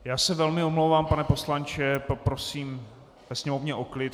Já se velmi omlouvám, pane poslanče, poprosím ve sněmovně o klid.